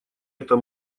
это